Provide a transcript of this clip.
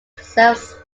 serves